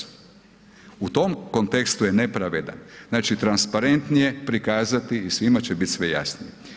U tom kontekstu je nepravedan, znači transparentnije prikazati i svima će biti sve jasnije.